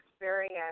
experience